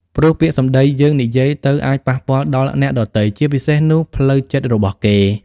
ព្រោះពាក្យសម្ដីយើងនិយាយទៅអាចប៉ះពាល់ដល់អ្នកដទៃ ជាពិសេសនោះផ្លូវចិត្តរបស់គេ។